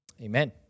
amen